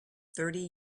thirty